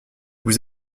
vous